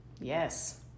Yes